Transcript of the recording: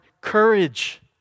courage